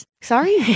Sorry